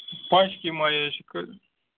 پَش کمہِ آیہِ حظ چھُ کَرُن